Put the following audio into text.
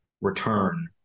return